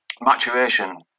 maturation